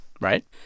right